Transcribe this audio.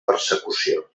persecució